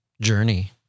journey